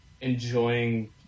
enjoying